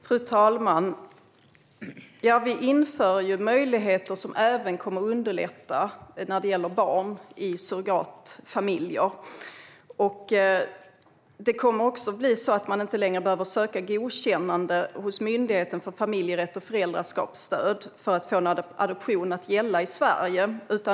Fru talman! Vi inför möjligheter som även kommer att underlätta när det gäller barn i surrogatfamiljer. Det kommer också att bli så att man inte längre behöver söka godkännande hos Myndigheten för familjerätt och föräldraskapsstöd för att få en adoption att gälla i Sverige.